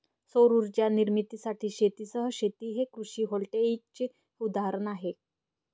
सौर उर्जा निर्मितीसाठी शेतीसह शेती हे कृषी व्होल्टेईकचे उदाहरण आहे